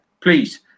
please